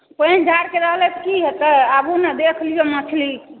पनि झारके रहने की हेत आबू ने देख लिअ मछली